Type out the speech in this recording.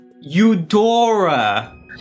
Eudora